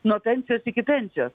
nuo pensijos iki pensijos